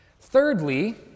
Thirdly